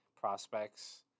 prospects